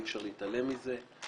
אי אפשר להתעלם מזה,